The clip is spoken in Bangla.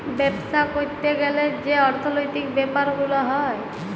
বাপ্সা ক্যরতে গ্যালে যে অর্থলৈতিক ব্যাপার গুলা হ্যয়